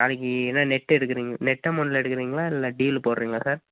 நாளைக்கு தான் நெட்டு எடுக்கறீங்க நெட் அமௌண்டில் எடுக்குறீங்களா இல்லை டியூவில போட்றிங்களா சார்